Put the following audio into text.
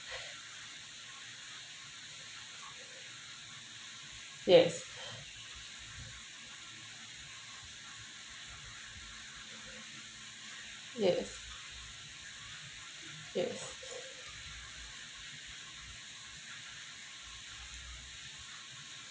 yes yes yes